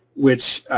which